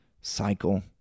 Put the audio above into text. cycle